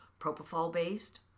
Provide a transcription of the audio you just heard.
propofol-based